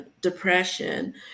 depression